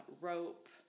Rope